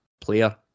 player